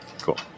cool